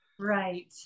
Right